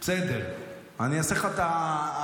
אתה תלך איתם על הכול.